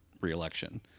re-election